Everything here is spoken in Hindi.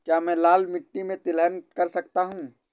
क्या मैं लाल मिट्टी में तिलहन कर सकता हूँ?